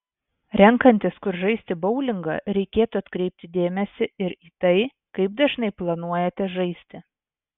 renkantis kur žaisti boulingą reikėtų atkreipti dėmesį ir į tai kaip dažnai planuojate žaisti